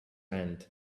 end